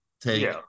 take